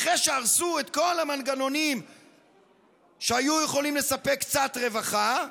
אחרי שהרסו את כל המנגנונים שהיו יכולים לספק קצת רווחה,